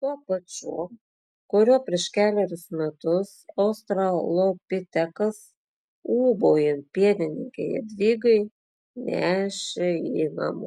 tuo pačiu kuriuo prieš kelerius metus australopitekas ūbaujant pienininkei jadvygai nešė jį namo